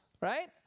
right